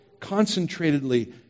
concentratedly